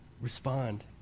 respond